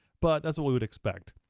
but that's what we would expect.